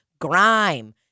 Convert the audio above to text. grime